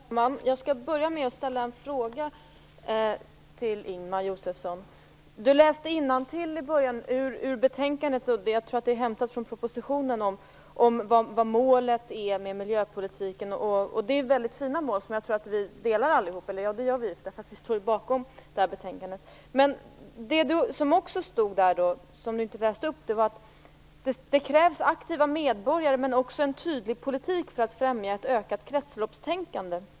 Herr talman! Jag skall börja med att ställa en fråga till Ingemar Josefsson. Han läste i början innantill ur betänkandet eller ur propositionen om målen för miljöpolitiken. Det är väldigt fina mål, som vi alla delar, eftersom vi står bakom betänkandet. Men det som Ingemar Josefsson inte läste upp var att det krävs aktiva medborgare men också en tydlig politik för att främja ett ökat kretsloppstänkande.